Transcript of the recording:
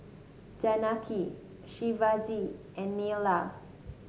Janaki Shivaji and Neila